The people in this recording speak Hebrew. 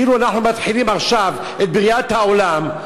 כאילו אנחנו מתחילים עכשיו את בריאת העולם,